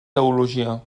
teologia